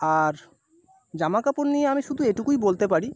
আর জামাকাপড় নিয়ে আমি শুধু এটুকুই বলতে পারি